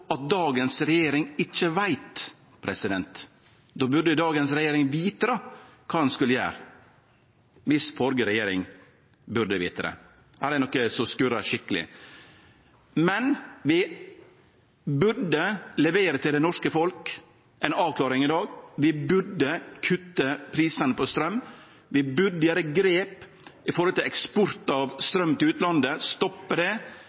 at dagens regjering ikkje veit? Då burde dagens regjering vite kva ein skal gjere, viss førre regjering burde ha visst det. Her er det noko som skurrar skikkeleg. Vi burde levere ei avklaring i dag til det norske folk. Vi burde kutte prisane på straum. Vi burde gjere grep når det gjeld eksport av straum til utlandet, stoppe det.